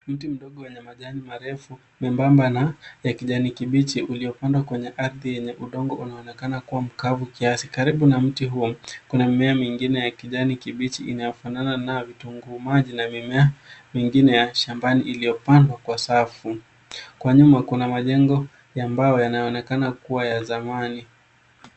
Mti mdogo wenye majani marefu, membamba na ya kijani kibichi uliopandwa kwenye ardhi yenye udongo unaonekana kuwa mkavu kiasi. Karibu na mti huu kuna mimea mingine ya kijani kibichi inayofanana na vitunguumaji na mimea mingine ya shambani iliyopandwa kwa safu. Kwa nyuma kuna majengo ya mbao yanayoonekana kuwa ya zamani.